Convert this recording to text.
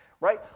right